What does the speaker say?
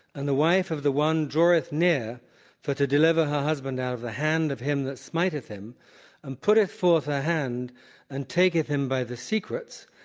and the wife of the one draweth near for to deliver her husband out of the hand of him that smiteth him and putteth forth a hand and taketh him by the secrets,